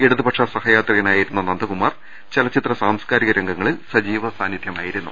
ഇടതുപക്ഷ സഹ യാത്രികനായിരുന്ന നന്ദകുമാർ ചലച്ചിത്ര സാംസ്കാരിക രംഗങ്ങളിലും സജീവ സാന്നിധ്യമായിരുന്നു